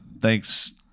thanks